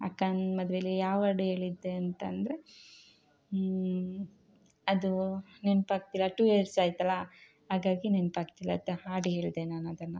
ಅಕ್ಕನ ಮದುವೇಲಿ ಯಾವ ಹಾಡು ಹೇಳಿದ್ದೆ ಅಂತಂದರೆ ಅದು ನೆನಪಾಗ್ತಾಯಿಲ್ಲ ಟು ಇಯಾರ್ಸ್ ಆಯಿತಲ್ಲಾ ಹಾಗಾಗಿ ನೆನಪಾಗ್ತಾಯಿಲ್ಲ ಆಯ್ತ ಹಾಡು ಹೇಳಿದೆ ನಾನು ಅದನ್ನು